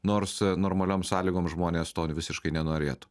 nors normaliom sąlygom žmonės to visiškai nenorėtų